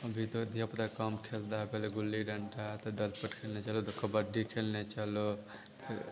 अभी तक यह अपना कम खेलते हैं पहले गुल्ली डंडा तो दलपत खेलने चलो तो कबड्डी खेलने चलो तो